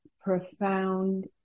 profound